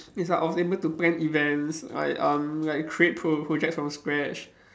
it's like I was able to plan events like um like create pro~ projects from scratch